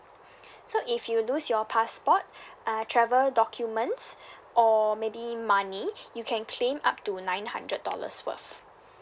so if you lose your passport uh travel documents or maybe money you can claim up to nine hundred dollars worth